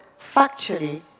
factually